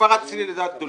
התפרצתי לדעת גדולים.